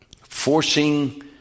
forcing